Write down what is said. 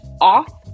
off